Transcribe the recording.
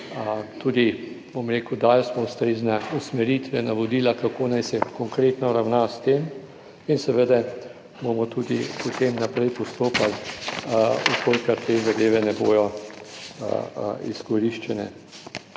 tudi, bom rekel, dali smo ustrezne usmeritve, navodila, kako naj se konkretno ravna s tem in seveda bomo tudi potem naprej postopali, v kolikor te zadeve ne bodo izkoriščene.